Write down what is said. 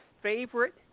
favorite